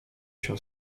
się